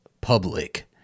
public